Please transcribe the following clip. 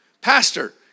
pastor